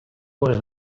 was